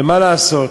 ומה לעשות,